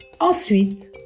Ensuite